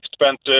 expensive